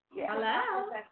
Hello